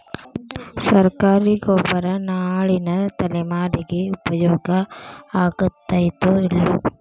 ಸರ್ಕಾರಿ ಗೊಬ್ಬರ ನಾಳಿನ ತಲೆಮಾರಿಗೆ ಉಪಯೋಗ ಆಗತೈತೋ, ಇಲ್ಲೋ?